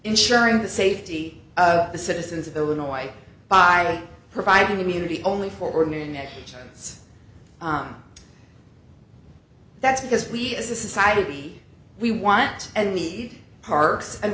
ensuring the safety of the citizens of illinois by providing immunity only for next chance that's because we as a society we want and need parks and